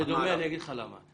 זה דומה, אני אגיד לך למה.